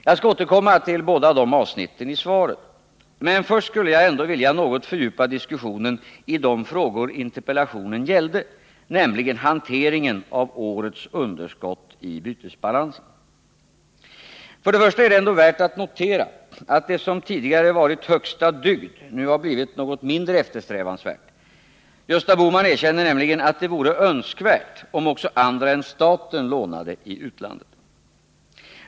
Jag skall återkomma till båda dessa avsnitt i svaret, men först skulle jag ändå något vilja fördjupa diskussionen om de frågor som interpellationen gäller, nämligen hanteringen av årets underskott i bytesbalansen. För det första är det ändå värt att notera att det som tidigare har varit högsta dygd nu har blivit något mindre eftersträvansvärt. Gösta Bohman erkänner nämligen att det vore önskvärt att också andra än staten lånade i utlandet.